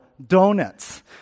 Donuts